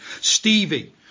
Stevie